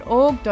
org